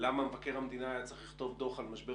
למה מבקר המדינה היה צריך לכתוב דו"ח על משבר